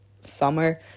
summer